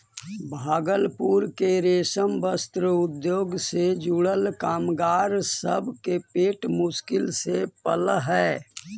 भागलपुर के रेशम वस्त्र उद्योग से जुड़ल कामगार सब के पेट मुश्किल से पलऽ हई